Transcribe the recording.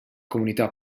comunità